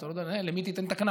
אז אתה לא יודע למי תיתן את הקנס?